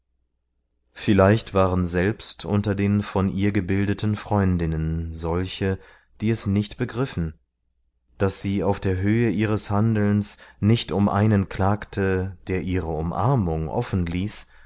vielleicht waren selbst unter den von ihr gebildeten freundinnen solche die es nicht begriffen daß sie auf der höhe ihres handelns nicht um einen klagte der ihre umarmung offen ließ